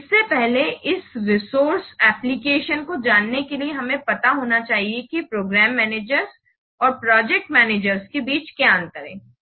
इससे पहले इस रिसोर्स एलोकेशन को जानने के लिए हमें पता होना चाहिए कि प्रोग्राम मैनेजर्स और प्रोजेक्ट मैनेजर के बीच क्या अंतर हैं